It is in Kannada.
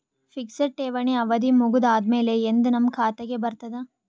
ಫಿಕ್ಸೆಡ್ ಠೇವಣಿ ಅವಧಿ ಮುಗದ ಆದಮೇಲೆ ಎಂದ ನಮ್ಮ ಖಾತೆಗೆ ಬರತದ?